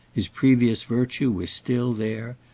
his previous virtue was still there,